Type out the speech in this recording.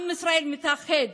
עם ישראל מתאחד